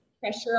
pressure